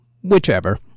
whichever